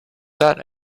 that